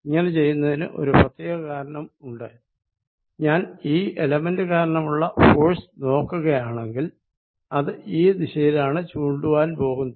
ഇങ്ങനെ ചെയ്യുന്നതിന് ഒരു പ്രത്യേക കാരണം ഉണ്ട് ഞാൻ ഈ എലമെന്റ് കാരണമുള്ള ഫോഴ്സ് നോക്കുകയാണെങ്കിൽ അത് ഈ ദിശയിലാണ് ചൂണ്ടുവാൻ പോകുന്നത്